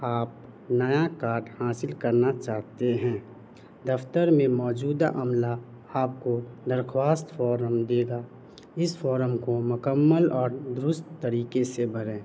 آپ نیا کارڈ حاصل کرنا چاہتے ہیں دفتر میں موجودہ عملہ آپ کو درخواست فورم دے گا اس فورم کو مکمل اور درست طریقے سے بھریں